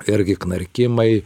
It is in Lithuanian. irgi knarkimai